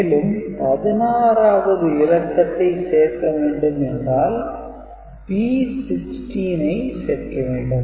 மேலும் 16 வது இலக்கத்தை சேர்க்க வேண்டும் என்றால் P16 ஐ சேர்க்க வேண்டும்